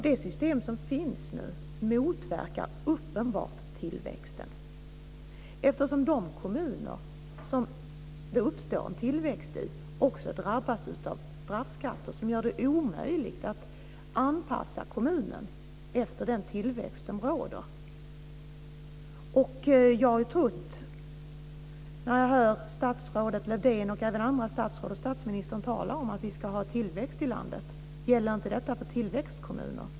Det system som nu finns motverkar uppenbart tillväxten, eftersom de kommuner som det uppstår en tillväxt i också drabbas av straffskatter som gör det omöjligt att anpassa kommunen efter den tillväxt som råder. Jag undrar när jag hör statsrådet Lövdén och även andra statsråd och statsministern tala om att vi ska ha tillväxt i hela landet: Gäller inte detta för tillväxtkommuner?